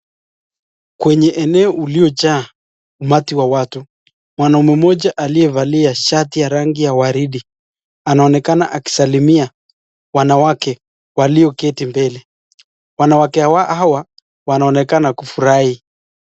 Kwenye eneo uliojaa umati wa watu , mwanaume mmoja aliyevalia shati ya rangi ya waridi anaonekana akisalimia wanawake walioketi mbele , wanawake hawa wanaonekana kufurahi.